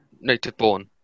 native-born